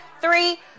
three